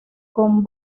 con